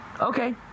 Okay